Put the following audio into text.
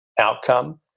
outcome